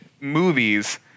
movies